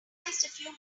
few